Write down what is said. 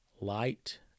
Light